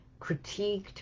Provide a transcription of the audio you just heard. critiqued